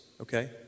okay